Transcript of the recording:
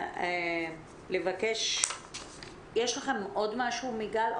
יש לכם עוד משהו מגל?